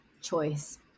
choice